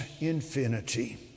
infinity